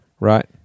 Right